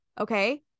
okay